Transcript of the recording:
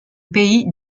pays